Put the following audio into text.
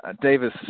Davis